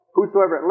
whosoever